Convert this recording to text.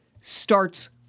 starts